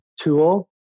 tool